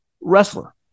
wrestler